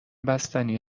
بستنی